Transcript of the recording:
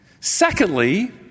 Secondly